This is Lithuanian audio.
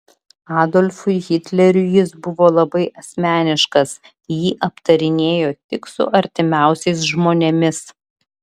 adolfui hitleriui jis buvo labai asmeniškas jį aptarinėjo tik su artimiausiais žmonėmis